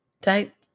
type